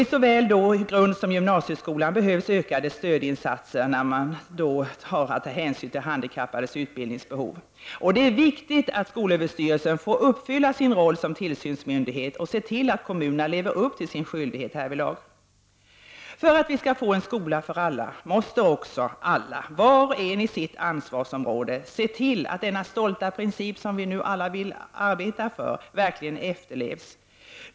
I såväl grundskolan som gymnasieskolan behövs det ökade stödinsatser med hänsyn till handikappades behov. Det är viktigt att skolöverstyrelsen får spela sin roll som tillsynsmyndighet. Det gäller att se till att kommunerna lever upp till sina skyldigheter härvidlag. För att vi skall få en skola för alla måste också alla, var och en på sitt ansvarsområde, följa denna stolta princip, som alla vill arbeta för.